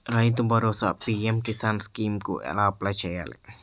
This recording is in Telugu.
రైతు భరోసా పీ.ఎం కిసాన్ స్కీం కు ఎలా అప్లయ్ చేయాలి?